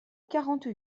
quarante